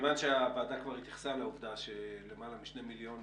מכיוון שהוועדה כבר התייחסה לעובדה שלמעלה משני מיליון